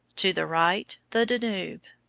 to the right the danube,